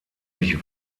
sich